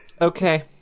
Okay